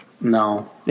No